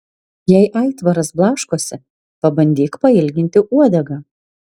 jei aitvaras blaškosi pabandyk pailginti uodegą